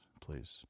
please